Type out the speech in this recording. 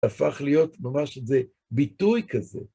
הפך להיות ממש איזה ביטוי כזה.